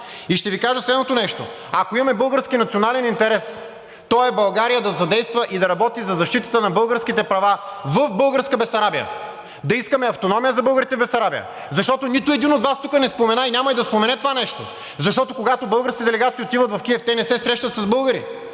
И ще Ви кажа следното нещо – ако имаме български национален интерес, той е България да задейства и да работи за защитата на българските права в българска Бесарабия, да искаме автономия за българите в Бесарабия, защото нито един от Вас тук не спомена и няма да спомене това нещо. Защото, когато български делегации отиват в Киев, те не се срещат с българи.